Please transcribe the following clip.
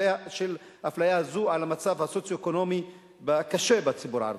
האפליה הזאת על המצב הסוציו-אקונומי הקשה בציבור הערבי.